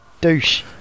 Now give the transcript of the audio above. douche